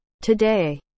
Today